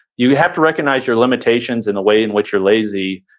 you have to recognize your limitations in the way in which you're lazy,